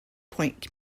point